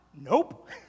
nope